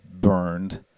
burned